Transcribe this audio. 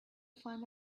find